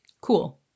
cool